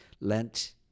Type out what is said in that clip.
Lent